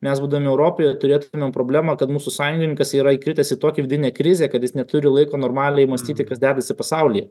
mes būdami europoje turėtumėm problemą kad mūsų sąjungininkas yra įkritęs į tokią vidinę krizę kad jis neturi laiko normaliai mąstyti kas dedasi pasaulyje